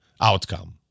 outcome